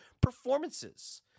performances